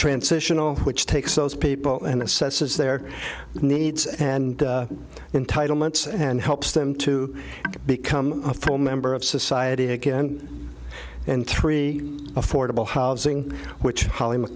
transitional which takes those people and assesses their needs and in title months and helps them to become a full member of society again in three affordable housing which hollywood